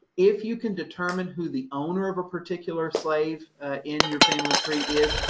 if you can determine who the owner of a particular slave in your family tree is,